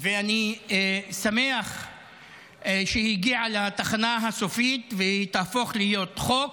ואני שמח שהיא הגיעה לתחנה הסופית ותהפוך להיות חוק,